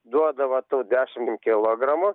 duodavo tų dešim kilogramų